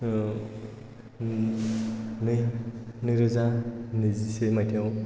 नैरोजा नैजिसे मायथाइयाव